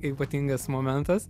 ypatingas momentas